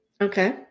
Okay